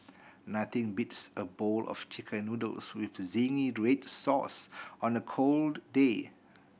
nothing beats a bowl of Chicken Noodles with zingy red sauce on the cold day